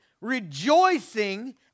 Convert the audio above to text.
rejoicing